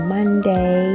Monday